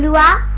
la